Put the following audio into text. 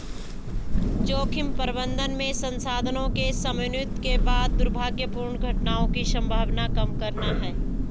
जोखिम प्रबंधन में संसाधनों के समन्वित के बाद दुर्भाग्यपूर्ण घटनाओं की संभावना कम करना है